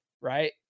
right